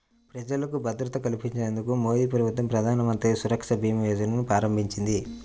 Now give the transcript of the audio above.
ప్రజలకు భద్రత కల్పించేందుకు మోదీప్రభుత్వం ప్రధానమంత్రి సురక్ష భీమా యోజనను ప్రారంభించింది